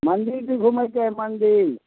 मन्दिर भी घुमैके हइ मन्दिर